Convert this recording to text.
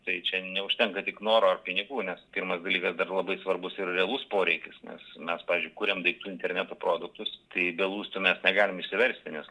tai čia neužtenka tik noro ar pinigų nes pirmas dalykas dar labai svarbus ir realus poreikis nes mes pavyzdžiui kuriam daiktų interneto produktus tai be lustų mes negalim išsiversti nes